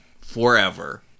forever